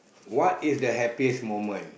what is the happiest moment